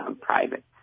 private